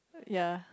ya